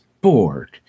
bored